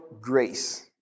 grace